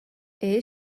era